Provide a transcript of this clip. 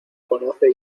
conoce